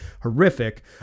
horrific